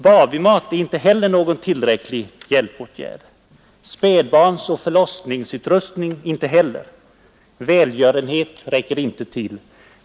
Babymat är inte heller någon tillräcklig hjälpåtgärd. Spädbarnsoch förlossningsutrustning inte heller. Välgörenhet räcker inte till.